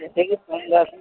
फेरि फोन गर्छु